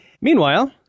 Meanwhile